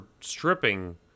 stripping